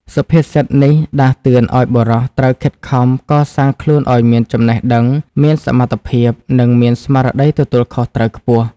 សុភាសិតនេះដាស់តឿនឱ្យបុរសត្រូវខិតខំកសាងខ្លួនឱ្យមានចំណេះដឹង មានសមត្ថភាព និងមានស្មារតីទទួលខុសត្រូវខ្ពស់។